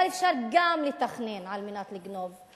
אבל אפשר גם לתכנן על מנת לגנוב.